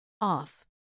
off